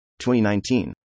2019